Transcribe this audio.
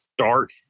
start